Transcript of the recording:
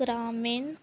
ਗ੍ਰਾਮੀਣ